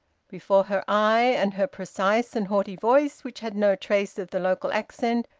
before her eye, and her precise and haughty voice, which had no trace of the local accent,